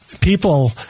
People